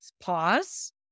pause